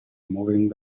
moving